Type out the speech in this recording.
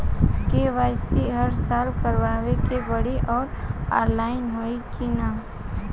KYC हर साल करवावे के पड़ी और ऑनलाइन होई की ना?